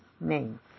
name